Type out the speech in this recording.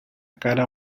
cara